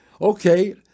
Okay